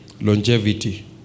longevity